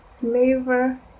flavor